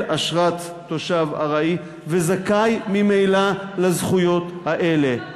אשרת תושב ארעי וזכאי ממילא לזכויות האלה.